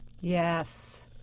Yes